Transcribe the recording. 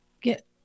get